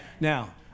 Now